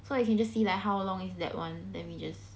so you can just see like how long is that one then we just